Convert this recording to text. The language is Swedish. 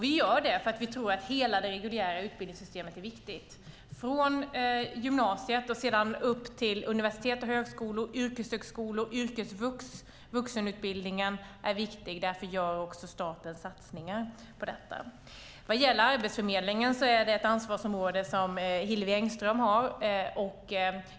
Vi gör det här för att vi tror att hela det reguljära utbildningssystemet är viktigt, från gymnasiet och upp till universitet och högskolor, yrkeshögskolor, yrkesvux och vuxenutbildningen. Därför gör också staten satsningar på detta. Vad gäller Arbetsförmedlingen är det ett ansvarsområde som Hillevi Engström har.